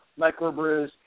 microbrews